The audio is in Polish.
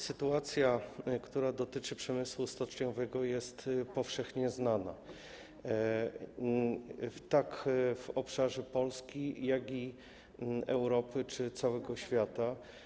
Sytuacja, która dotyczy przemysłu stoczniowego, jest powszechnie znana, w obszarze tak Polski, jak i Europy czy całego świata.